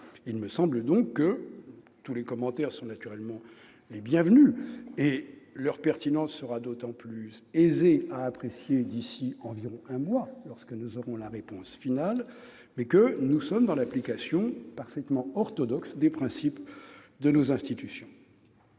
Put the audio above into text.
il me semble que- tous les commentaires sont naturellement les bienvenus, et leur pertinence sera d'autant plus aisée à apprécier d'ici à un mois environ, lorsque nous aurons la réponse finale -nous faisons là une application parfaitement orthodoxe des principes de nos institutions.